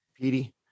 Petey